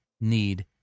need